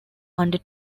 under